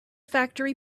factory